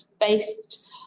based